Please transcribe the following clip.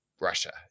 Russia